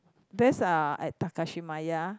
there's uh at Takashimaya